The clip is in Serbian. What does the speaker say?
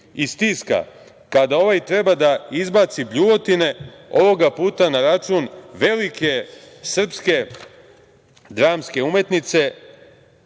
i stiska. Kada ovaj treba da izbaci bljuvotine, ovoga puta na račun velike srpske dramske umetnice,